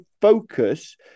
focus